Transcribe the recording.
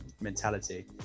mentality